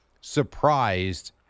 surprised